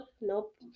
nope